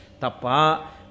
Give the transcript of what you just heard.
Tapa